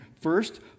First